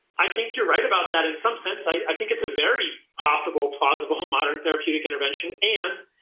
i think you're right about that in some sense. i think it's a very possible plausible modern therapeutic intervention. and